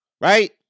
Right